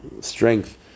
strength